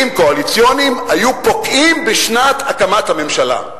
קואליציוניים היו פוקעים בשנת הקמת הממשלה.